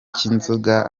cy’inzoga